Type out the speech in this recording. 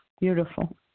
Beautiful